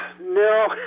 no